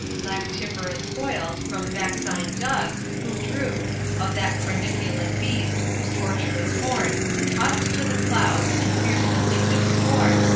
lactiferous spoils from vaccine dugs, who drew of that corniculate beast whose tortuous horn tossed to the clouds, in fierce vindictive scorn,